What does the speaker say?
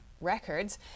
records